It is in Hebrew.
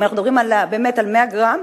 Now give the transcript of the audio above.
אם אנחנו מדברים על 100 גרם,